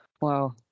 Wow